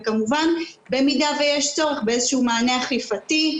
וכמובן במידה ויש צורך באיזשהו מענה אכיפתי,